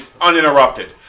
uninterrupted